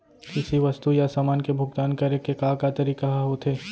किसी वस्तु या समान के भुगतान करे के का का तरीका ह होथे?